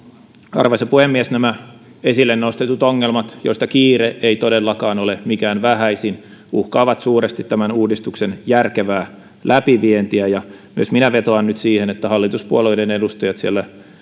arvoisa puhemies nämä esille nostetut ongelmat joista kiire ei todellakaan ole mikään vähäisin uhkaavat suuresti tämän uudistuksen järkevää läpivientiä myös minä vetoan nyt siihen että hallituspuolueiden edustajat siellä